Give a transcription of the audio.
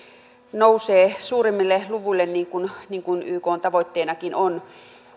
nousee suuremmille luvuille niin kuin niin kuin ykn tavoitteenakin on